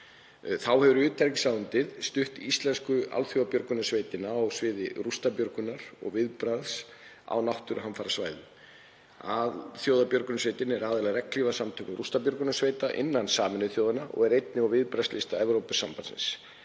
Þá hefur utanríkisráðuneytið stutt Íslensku alþjóðabjörgunarsveitina á sviði rústabjörgunar og viðbragðs á náttúruhamfarasvæðum. Íslenska alþjóðabjörgunarsveitin er aðili að regnhlífarsamtökum rústabjörgunarsveita innan Sameinuðu þjóðanna og er einnig á viðbragðslista Evrópusambandsins.